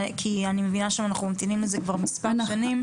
כי אני מבינה שאנחנו ממתינים לזה כבר מספר שנים.